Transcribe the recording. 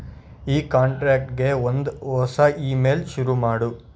ಈ ಕಾಂಟ್ರ್ಯಾಕ್ಟ್ಗೆ ಒಂದು ಹೊಸ ಈಮೇಲ್ ಶುರು ಮಾಡು